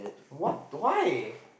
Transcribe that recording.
what why